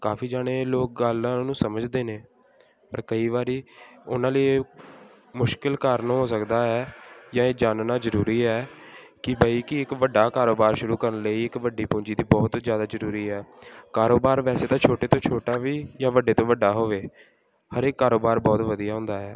ਕਾਫੀ ਜਾਣੇ ਲੋਕ ਗੱਲਾਂ ਨੂੰ ਸਮਝਦੇ ਨੇ ਪਰ ਕਈ ਵਾਰੀ ਉਹਨਾਂ ਲਈ ਇਹ ਮੁਸ਼ਕਿਲ ਕਾਰਨ ਹੋ ਸਕਦਾ ਹੈ ਜਾਂ ਇਹ ਜਾਣਨਾ ਜ਼ਰੂਰੀ ਹੈ ਕਿ ਬਈ ਕਿ ਇੱਕ ਵੱਡਾ ਕਾਰੋਬਾਰ ਸ਼ੁਰੂ ਕਰਨ ਲਈ ਇੱਕ ਵੱਡੀ ਪੂੰਜੀ ਦੀ ਬਹੁਤ ਜ਼ਿਆਦਾ ਜ਼ਰੂਰੀ ਆ ਕਾਰੋਬਾਰ ਵੈਸੇ ਤਾਂ ਛੋਟੇ ਤੋਂ ਛੋਟਾ ਵੀ ਜਾਂ ਵੱਡੇ ਤੋਂ ਵੱਡਾ ਹੋਵੇ ਹਰੇਕ ਕਾਰੋਬਾਰ ਬਹੁਤ ਵਧੀਆ ਹੁੰਦਾ ਹੈ